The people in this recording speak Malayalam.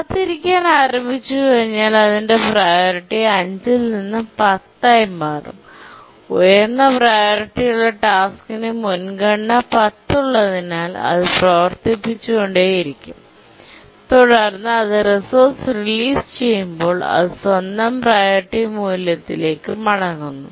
കാത്തിരിക്കാൻ ആരംഭിച്ചുകഴിഞ്ഞാൽ അതിന്റെ പ്രിയോറിറ്റി 5 ൽ നിന്നും 10 ആയി മാറും ഉയർന്ന പ്രിയോറിറ്റിയുള്ള ടാസ്ക്കിന് മുൻഗണന 10 ഉള്ളതിനാൽ അത് പ്രവർത്തിപ്പിച്ചുകൊണ്ടിരിക്കും തുടർന്ന് അത് റിസോഴ്സ് റിലീസ് ചെയ്യുമ്പോൾ അത് സ്വന്തം പ്രിയോറിറ്റിമൂല്യത്തിലേക്ക് മടങ്ങുന്നു